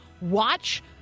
watch